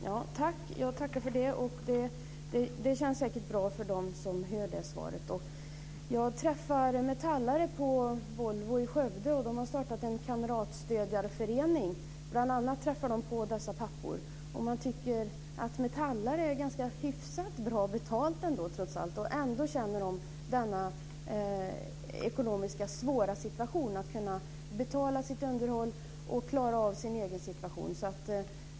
Fru talman! Jag tackar för det. Det känns säkert bra för dem som hör det svaret. Jag träffar metallare på Volvo i Skövde. De har startat en kamratstödjarförening. De träffar bl.a. dessa pappor. Man tycker att metallare ändå har hyfsat bra betalt, men ändå har de denna svåra ekonomiska situation när det gäller att betala sitt underhåll och klara av sin egen situation.